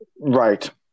Right